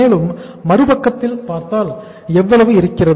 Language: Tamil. மேலும் மறுபக்கத்தில் பார்த்தால் எவ்வளவு இருக்கிறது